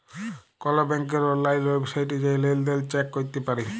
call ব্যাংকের অললাইল ওয়েবসাইটে জাঁয়ে লেলদেল চ্যাক ক্যরতে পারি